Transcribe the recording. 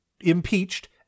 impeached